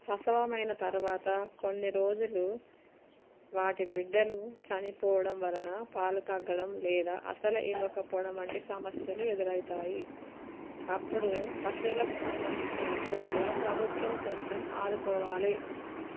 ప్రసవమైన తర్వాత కొన్ని రోజులు వాటి బిడ్డలు చనిపోవడం వలన పాలు తగ్గడం లేదా అసలు ఇవ్వకపోవడం వంటి సమస్యలు ఎదురవుతాయి అప్పుడు పశువులకు సంబంధించిన విషయాల్లో ప్రభుత్వం కొంచెం ఆదుకోవాలి